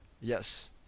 Yes